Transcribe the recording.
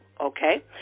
okay